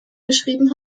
geschrieben